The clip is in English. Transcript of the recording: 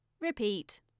Repeat